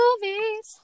movies